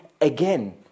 again